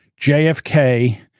JFK